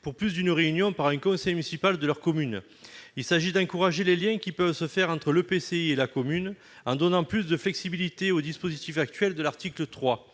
pour plus d'une réunion, par un conseiller municipal de leur commune. Il s'agit d'encourager les liens entre l'EPCI et la commune, en donnant plus de flexibilité au dispositif actuel de l'article 3.